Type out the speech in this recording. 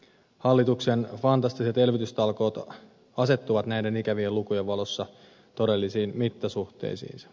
hallituksen fantastiset elvytystalkoot asettuvat näiden ikävien lukujen valossa todellisiin mittasuhteisiinsa